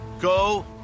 go